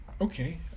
Okay